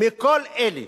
מכל אלה